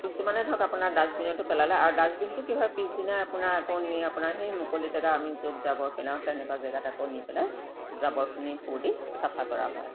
কিছুমানে ধৰক আপোনাৰ ডাষ্টবিনটো পেলালে আৰু ডাষ্টবিনটো কি হয় পিছদিনাই আপোনাৰ আকৌ নি আপোনাৰ সেই মুকলি জেগা আমি য'ত জাবৰ পেলাওঁ তেনেকুৱা জেগাত আকৌ নি পেলাই জাবৰখিনি পুৰি চাফা কৰা হয়